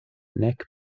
nek